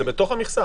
זה בתוך המכסה.